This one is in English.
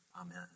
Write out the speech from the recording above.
Amen